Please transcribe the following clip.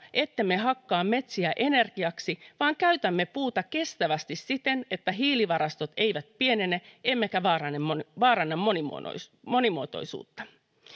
ettemme hakkaa metsiä energiaksi vaan käytämme puuta kestävästi siten että hiilivarastot eivät pienene emmekä vaaranna monimuotoisuutta monimuotoisuutta